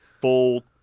full